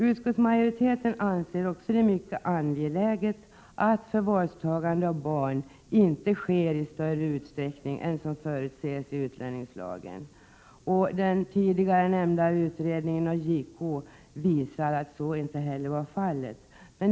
Utskottsmajoriteten anser det mycket angeläget att förvarstagande av barn inte sker i större utsträckning än som förutsetts i utlänningslagen. Den tidigare nämnda utredningen av JK visar att så inte heller varit fallet.